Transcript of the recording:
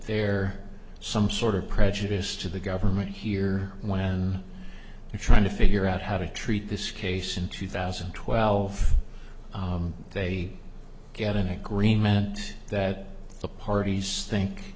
there some sort of prejudice to the government here when you trying to figure out how to treat this case in two thousand and twelve they get an agreement that the parties think